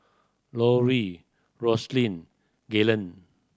Lauri Roselyn Galen